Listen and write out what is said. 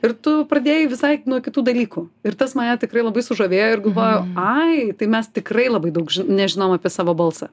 ir tu pradėjai visai nuo kitų dalykų ir tas mane tikrai labai sužavėjo ir galvojau ai tai mes tikrai labai daug ži nežinom apie savo balsą